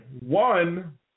one